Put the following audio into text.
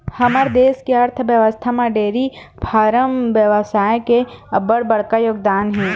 हमर देस के अर्थबेवस्था म डेयरी फारम बेवसाय के अब्बड़ बड़का योगदान हे